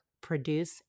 produce